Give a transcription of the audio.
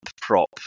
prop